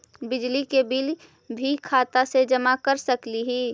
बिजली के बिल भी खाता से जमा कर सकली ही?